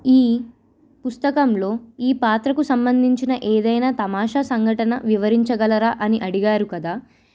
ఈ పుస్తకంలో ఈ పాత్రకు సంబంధించిన ఏదైనా తమాషా సంఘటన వివరించగలరా అని అడిగారు కదా